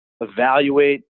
evaluate